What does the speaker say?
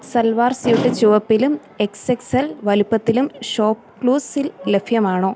salwar suit ചുവപ്പിലും X X L വലിപ്പത്തിലും shop ക്ലൂസിൽ ലഭ്യമാണോ